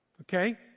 Okay